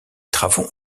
travaux